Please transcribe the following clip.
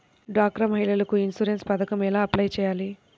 డ్వాక్రా మహిళలకు ఇన్సూరెన్స్ పథకం ఎలా అప్లై చెయ్యాలి?